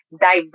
diverse